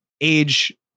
age